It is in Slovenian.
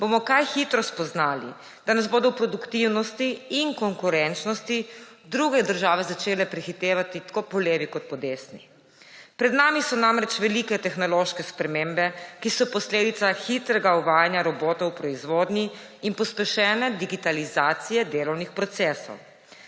bomo kaj hitro spoznali, da nas bodo v produktivnosti in konkurenčnosti druge države začele prehitevati tako po levi kot po desni. Pred nami so namreč velike tehnološke spremembe, ki so posledica hitrega uvajanja robotov v proizvodnji in pospešene digitalizacije delovnih procesov,